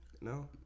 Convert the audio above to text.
No